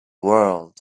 world